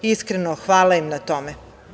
Iskreno, hvala im na tome.